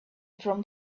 from